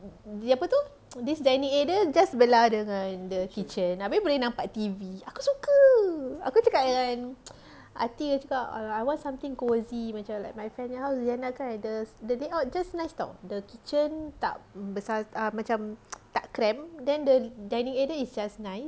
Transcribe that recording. apa tu this dining area just sebelah dengan the kitchen abeh boleh nampak T_V aku suka aku cakap dengan ati dia cakap !alah! I want something cosy macam like my friend house kan ada the the layout just nice [tau] the kitchen tak besar macam tak cramp then the dining area is just nice